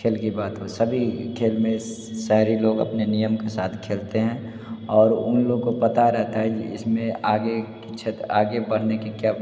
खेल की बात हो सभी खेल में शहरी लोग अपने नियम के साथ खेलते हैं और उन लोग को पता रहता है कि इसमें आगे की छत आगे बढ़ने के क्या